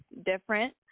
different